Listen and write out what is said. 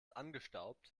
angestaubt